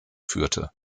führte